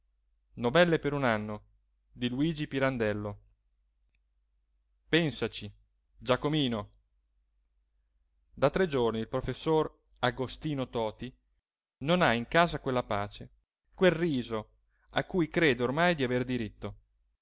a tutti quelli che incontrava pensaci giacomino da tre giorni il professore agostino toti non ha in casa quella pace quel riso a cui crede ormai di aver diritto